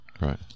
Right